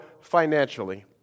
financially